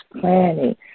planning